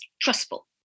trustful